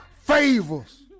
favors